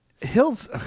Hills